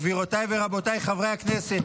גבירותיי ורבותיי חברי הכנסת,